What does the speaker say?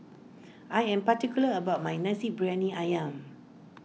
I am particular about my Nasi Briyani Ayam